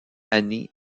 années